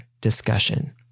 discussion